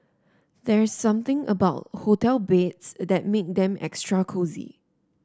there's something about hotel beds that make them extra cosy